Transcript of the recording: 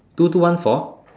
two two one four